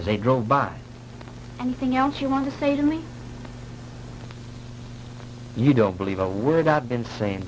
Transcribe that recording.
they drove by anything else you want to say to me you don't believe a word i've been saying